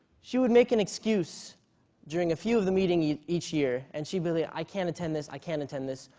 she would make an excuse during a few of the meetings each year, and she'd be like, i can't attend this, i can't attend this.